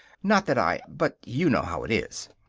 not that i but you know how it is.